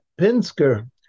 Pinsker